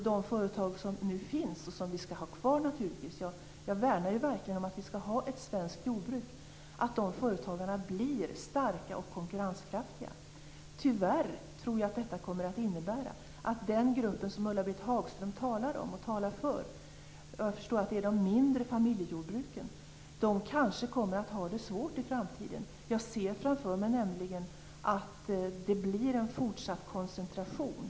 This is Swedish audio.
De företag som nu finns skall vi naturligtvis ha kvar. Jag värnar verkligen om ett svenskt jordbruk och vill att våra jordbruksföretag blir starka och konkurrenskraftiga. Tyvärr tror jag att detta kommer att innebära att den grupp som Ulla-Britt Hagström talar om och talar för - jag förstår att det är de mindre familjejordbruken - kanske kommer att ha det svårt i framtiden. Jag ser nämligen framför mig att det blir en fortsatt koncentration.